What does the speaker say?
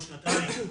כל שנתיים?